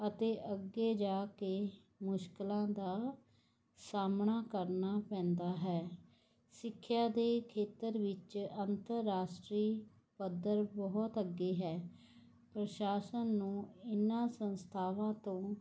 ਅਤੇ ਅੱਗੇ ਜਾ ਕੇ ਮੁਸ਼ਕਲਾਂ ਦਾ ਸਾਹਮਣਾ ਕਰਨਾ ਪੈਂਦਾ ਹੈ ਸਿੱਖਿਆ ਦੇ ਖੇਤਰ ਵਿੱਚ ਅੰਤਰਰਾਸ਼ਟਰੀ ਪੱਧਰ ਬਹੁਤ ਅੱਗੇ ਹੈ ਪ੍ਰਸ਼ਾਸਨ ਨੂੰ ਇਹਨਾਂ ਸੰਸਥਾਵਾਂ ਤੋਂ